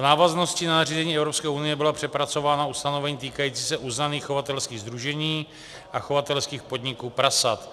V návaznosti na nařízení Evropské unie byla přepracována ustanovení týkající se uznaných chovatelských sdružení a chovatelských podniků prasat.